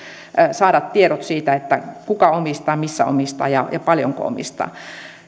saada tiedot siitä kuka omistaa missä omistaa ja paljonko omistaa